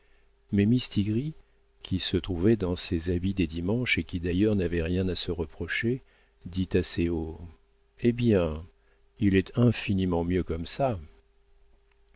mais mistigris qui se trouvait dans ses habits des dimanches et qui d'ailleurs n'avait rien à se reprocher dit assez haut eh bien il est infiniment mieux comme ça